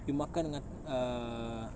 you makan dengan err